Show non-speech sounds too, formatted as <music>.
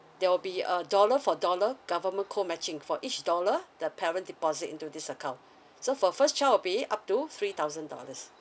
there will a dollar for dollar government co matching for each dollar the parent deposit into this account <breath> so for first child will be up to three thousand dollars